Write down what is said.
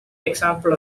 example